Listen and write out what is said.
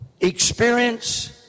Experience